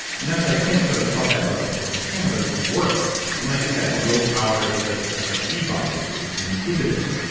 not that i can put a pubmed reference to work, i can, but it's work and like you said, willpower is ah like a speed bump. it's it's an inhibitor.